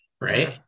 right